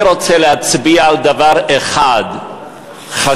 אני רוצה להצביע על דבר אחד חשוב,